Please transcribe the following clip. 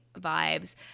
vibes